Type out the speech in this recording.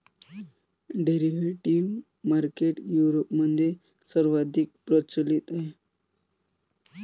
derivative market युरोपमध्ये सर्वाधिक प्रचलित आहे